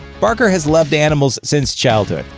barker has loved animals since childhood,